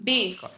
Base